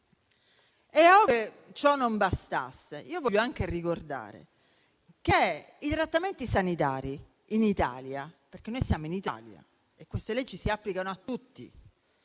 Ove ciò non bastasse, voglio anche ricordare che i trattamenti sanitari in Italia - siamo in Italia e queste leggi si applicano a tutti